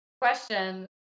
question